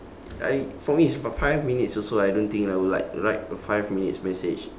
I for me is for five minutes also I don't think I would like write a five minutes message